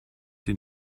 den